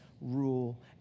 rule